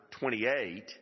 28